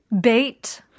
Bait